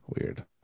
Weird